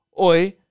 Oi